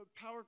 power